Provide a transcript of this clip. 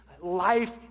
life